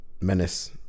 menace